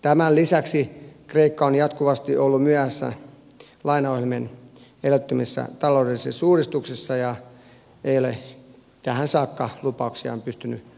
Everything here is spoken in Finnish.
tämän lisäksi kreikka on jatkuvasti ollut myöhässä lainaohjelmien edellyttämissä taloudellisissa uudistuksissa ja ei ole tähän saakka lupauksiaan pystynyt täyttämään